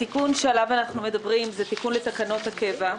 התיקון שעליו אנחנו מדברים זה תיקון לתקנות הקבע,